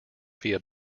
via